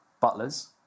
butlers